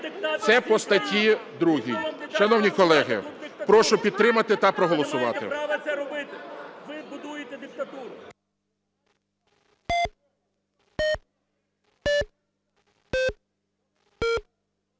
у залі) Шановні колеги, прошу підтримати та проголосувати.